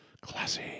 classy